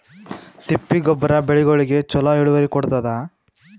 ತಿಪ್ಪಿ ಗೊಬ್ಬರ ಬೆಳಿಗೋಳಿಗಿ ಚಲೋ ಇಳುವರಿ ಕೊಡತಾದ?